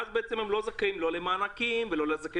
ואז הם בעצם לא יהיו זכאים למענקים ולא לסיוע.